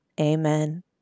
Amen